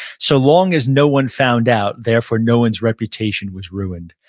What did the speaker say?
so long as no one found out, therefore no one's reputation was ruined.